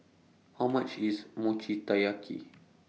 How much IS Mochi Taiyaki